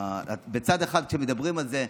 בצד אחד, כשמדברים על זה,